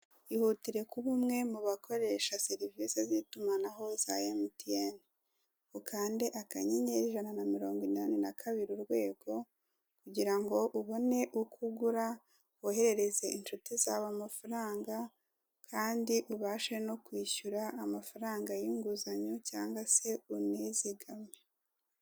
Ihutire kuba umwe mu bakoresha serivise z'itumanaho, za emutiyeni. Ukande akanyenyeri, inaja na mirongo inane na kabiri, urwego, kugira ngo ubone uko ugura, woherereze inshuti zawe amafaranga, kandi ubashe no kwishyura amafaranga y'inguzanyo, cyangwa se unizigame.